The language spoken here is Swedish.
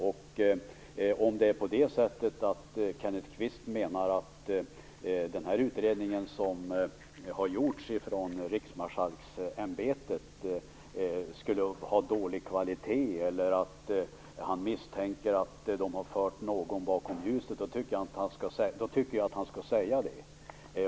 Om Kenneth Kvist menar att utredningen som gjorts av Riksmarskalksämbetet är av dålig kvalitet eller om han misstänker att de har fört någon bakom ljuset, tycker jag att han skall säga det.